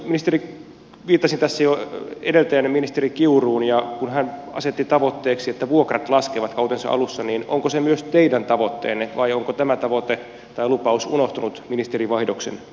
ministeri viittasi tässä jo edeltäjäänsä ministeri kiuruun ja kun hän kautensa alussa asetti tavoitteeksi että vuokrat laskevat niin onko se myös teidän tavoitteenne vai onko tämä tavoite tai lupaus unohtunut ministerinvaihdoksen myötä